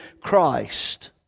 Christ